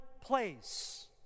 place